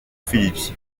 phillips